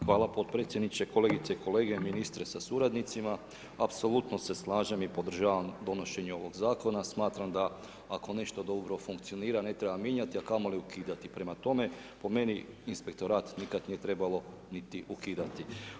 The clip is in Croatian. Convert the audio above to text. Hvala podpredsjedniče, kolegice i kolege, ministre sa suradnicima, apsolutno se slažem i podržavam donošenje ovog zakona, smatram da ako nešto dobro funkcionira ne treba mijenjati a kamoli ukidati, prema tome po meni inspektorat nikad nije trebalo niti ukidati.